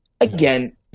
Again